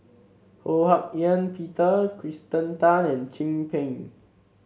Ho Hak Ean Peter Kirsten Tan and Chin Peng